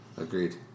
Agreed